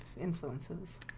influences